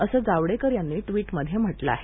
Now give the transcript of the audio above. असं जावडेकर यांनी टवीट मध्ये म्हटलं आहे